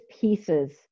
pieces